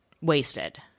wasted